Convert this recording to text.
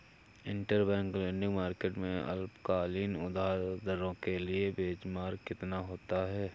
Interbank lending market में अल्पकालिक उधार दरों के लिए बेंचमार्क कितना होता है?